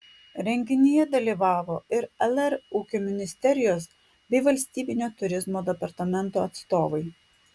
renginyje dalyvavo ir lr ūkio ministerijos bei valstybinio turizmo departamento atstovai